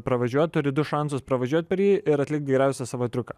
pravažiuot turi du šansus pravažiuot per jį ir atlik geriausią savo triuką